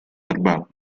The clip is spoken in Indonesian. terbang